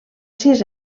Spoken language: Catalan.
sis